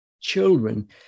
Children